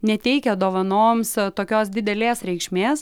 neteikia dovanoms tokios didelės reikšmės